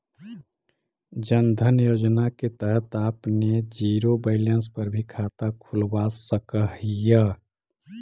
जन धन योजना के तहत आपने जीरो बैलेंस पर भी खाता खुलवा सकऽ हिअ